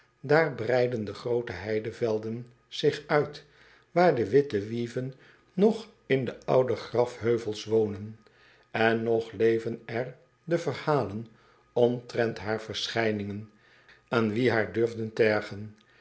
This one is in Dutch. daar breiden de groote heidevelden zich uit waar de witte wiven nog in de oude grafheuvels wonen en nog leven er de verhalen omtrent haar verschijningen aan wie haar durfden tergen